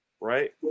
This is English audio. right